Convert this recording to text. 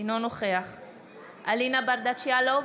אינו נוכח אלינה ברדץ' יאלוב,